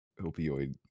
opioid